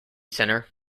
centre